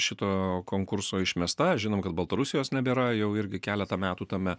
šito konkurso išmesta žinom kad baltarusijos nebėra jau irgi keletą metų tame